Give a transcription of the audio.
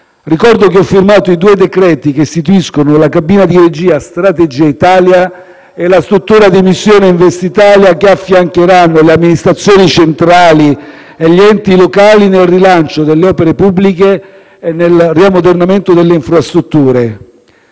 Ricordo che ho firmato i due decreti che istituiscono la cabina di regia Strategia Italia e la struttura di missione Investitalia, che affiancheranno le amministrazioni centrali e gli enti locali nel rilancio delle opere pubbliche e nel riammodernamento delle infrastrutture.